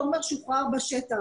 תומר שוחרר בשטח.